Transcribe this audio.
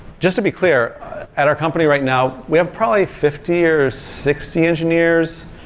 just to be clear at our company right now, we have probably fifty or sixty engineers,